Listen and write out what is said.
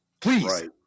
Please